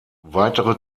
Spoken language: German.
weitere